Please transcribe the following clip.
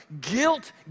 guilt